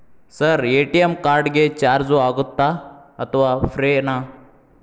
Sir ATM card ಗೆ charge ಆಗುತ್ತಾ ಅಥವಾ ಫ್ರೇ ನಾ?